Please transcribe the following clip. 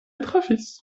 trafis